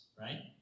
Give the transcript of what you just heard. right